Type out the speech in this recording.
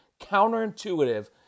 counterintuitive